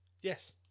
Yes